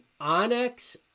Onyx